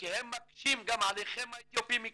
מקשים גם עליכם האתיופים.